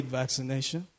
vaccination